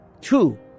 Two